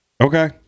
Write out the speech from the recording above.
Okay